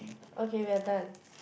okay we are done